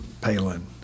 Palin